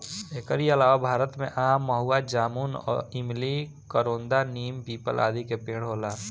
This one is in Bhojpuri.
एकरी अलावा भारत में आम, महुआ, जामुन, इमली, करोंदा, नीम, पीपल, आदि के पेड़ होला